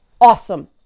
awesome